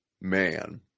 man